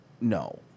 No